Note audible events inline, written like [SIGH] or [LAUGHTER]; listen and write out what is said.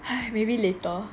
[NOISE] maybe later